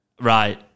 Right